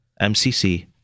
MCC